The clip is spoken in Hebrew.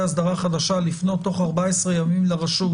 אסדרה חדשה לפנות תוך 14 ימים לרשות